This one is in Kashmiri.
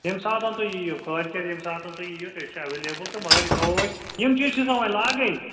ییٚمہِ ساتن تُہۍ یِیِو کٲلکٮ۪تھ ییٚمہِ ساتن تُہۍ یِیِو تہٕ أسۍ چھِ ایولیبل تہٕ مگر یہِ تھاوو أسۍ یِم چیٖز چھِس سَہ وَنۍ لاگٕنۍ